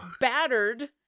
battered